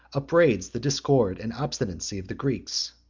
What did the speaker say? upbraids the discord and obstinacy of the greeks.